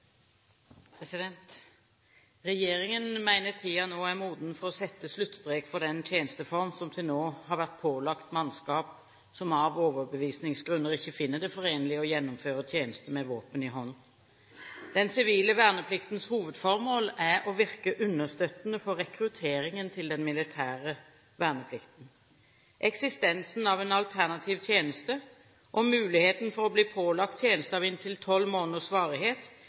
verneplikten. Regjeringen mener tiden nå er moden for å sette sluttstrek for den tjenesteform som til nå har vært pålagt mannskap som av overbevisningsgrunner ikke finner det forenlig å gjennomføre tjeneste med våpen i hånd. Den sivile vernepliktens hovedformål er å virke understøttende for rekrutteringen til den militære verneplikten. Eksistensen av en alternativ tjeneste og muligheten for å bli pålagt tjeneste av inntil tolv måneders